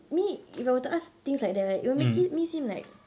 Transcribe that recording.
me if I were to ask things like that right it will make it me seem like